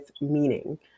meaning